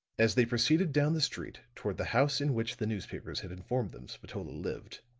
as they proceeded down the street toward the house in which the newspapers had informed them spatola lived,